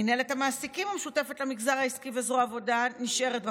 מינהלת המעסיקים המשותפת למגזר העסקי וזרוע העבודה נשארות בכלכלה,